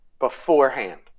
beforehand